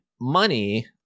money